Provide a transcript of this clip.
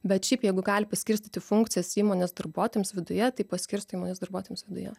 bet šiaip jeigu gali paskirstyti funkcijas įmonės darbuotojams viduje tai paskirsto įmonės darbuotojams viduje